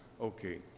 okay